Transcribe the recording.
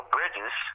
Bridges